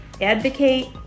advocate